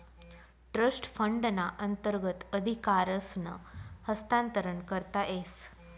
trust फंडना अंतर्गत अधिकारसनं हस्तांतरण करता येस